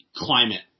Climate